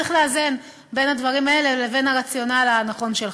צריך לאזן בין הדברים האלה לבין הרציונל הנכון שלך.